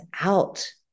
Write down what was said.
out